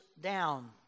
down